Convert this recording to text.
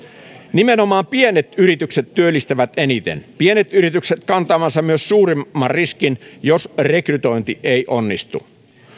nimenomaan pienet yritykset työllistävät eniten pienet yritykset kantavat myös suurimman riskin jos rekrytointi ei onnistu